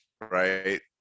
Right